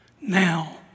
now